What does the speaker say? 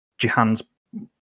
Jihan's